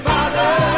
Father